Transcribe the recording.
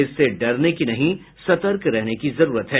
इससे डरने की नहीं सतर्क रहने की जरूरत है